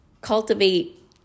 cultivate